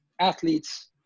athletes